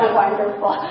wonderful